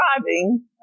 driving